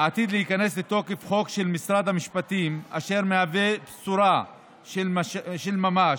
עתיד להיכנס לתוקף חוק של משרד המשפטים אשר מהווה בשורה של ממש,